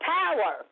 power